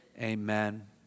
amen